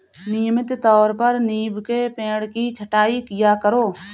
नियमित तौर पर नीम के पेड़ की छटाई किया करो